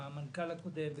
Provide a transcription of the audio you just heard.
המנכ"ל הקודם,